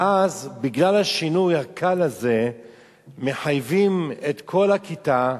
ואז, בגלל השינוי הקל הזה מחייבים את כל הכיתה,